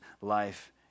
life